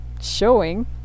showing